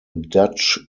dutch